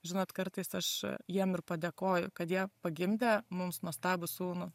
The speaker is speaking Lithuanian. žinot kartais aš jiem ir padėkoju kad jie pagimdė mums nuostabų sūnų